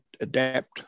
adapt